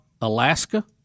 Alaska